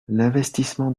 l’investissement